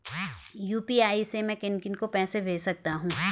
UPI से मैं किन किन को पैसे भेज सकता हूँ?